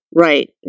Right